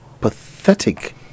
pathetic